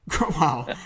Wow